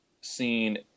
seen